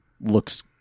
looks